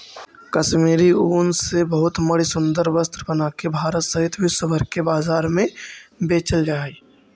कश्मीरी ऊन से बहुत मणि सुन्दर वस्त्र बनाके भारत सहित विश्व भर के बाजार में बेचल जा हई